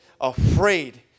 afraid